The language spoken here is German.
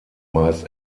meist